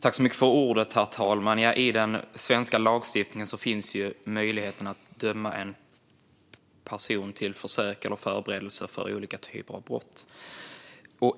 Herr talman! I den svenska lagstiftningen finns möjligheten att döma en person till försök till eller förberedelse för olika typer av brott.